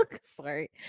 sorry